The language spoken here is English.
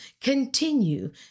Continue